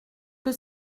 que